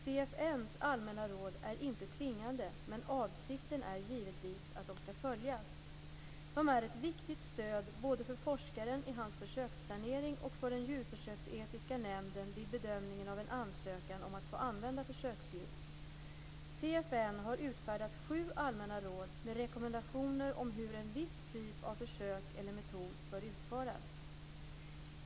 CFN:s allmänna råd är inte tvingande, men avsikten är givetvis att de skall följas. De är ett viktigt stöd både för forskaren i hans försöksplanering och för den djurförsöksetiska nämnden vid bedömningen av en ansökan om att få använda försöksdjur. CFN har utfärdat sju allmänna råd med rekommendationer om hur en viss typ av försök eller metod bör utföras.